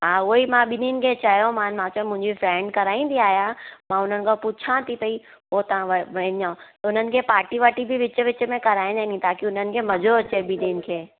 हा उहोई मां ॿिन्हनि खे चयोमानि मां चयुमि मुंहिंजी फ़्रेंड कराईंदी आहे मां हुन खां पुछां थी पई पोइ तव्हां व वञो हुननि खे पार्टी वार्टी बि विच विच में कराइजानि ताकी हुननि खे मज़ो अचे बि ॿिन्हनि खे